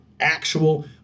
actual